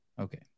Okay